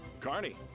Carney